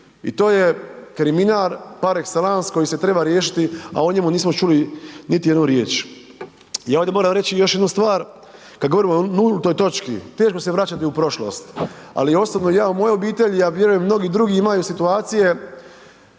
i to je kriminal par ekselans koji se treba riješiti, a o njemu nismo čuli niti jednu riječ. Ja ovdje moram reći još jednu stvar, kad govorimo o nultoj točki teško se vraćati u prošlost, ali osobno ja u mojoj obitelji, ja vjerujem i mnogi drugi imaju situacije,